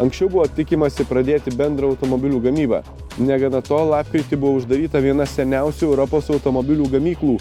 anksčiau buvo tikimasi pradėti bendrą automobilių gamybą negana to lapkritį buvo uždaryta viena seniausių europos automobilių gamyklų